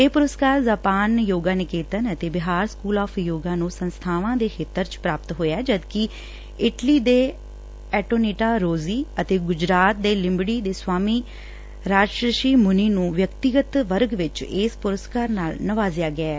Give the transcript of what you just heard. ਇਹ ਪੁਰਸਕਾਰ ਜਾਪਾਨ ਯੋਗਾ ਨਿਕੇਤਨ ਅਤੇ ਬਿਹਾਰ ਸਕੂਲ ਆਫ਼ ਯੋਗਾ ਨੂੰ ਸੰਸਬਾਵਾਂ ਦੇ ਖੇਤਰ ਚ ਪ੍ਾਪਤ ਹੋਇਆ ਜਦਕਿ ਇਟਲੀ ਦੇ ਐਂਟੋਨੀਟਾ ਰੋਜ਼ੀ ਅਤੇ ਗੁਜਰਾਤ ਚ ਲਿਬੜੀ ਦੇ ਸਵਾਮੀ ਰਾਜਰਸ਼ੀ ਮੂੰਨੀ ਨੂੰ ਵਿਅਕਤੀਗਤ ਵਰਗ ਚ ਇਸ ਪੁਰਸਕਾਰ ਨਾਲ ਨਿਵਾਜਿਆ ਗਿਐ